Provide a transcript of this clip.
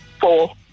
Four